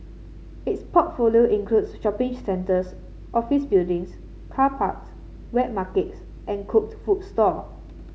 its portfolio includes shopping centres office buildings car parks wet markets and cooked food stalls